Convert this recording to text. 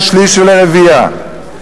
לשליש ולרביע.